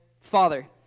Father